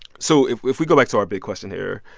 so if if we go back to our big question here,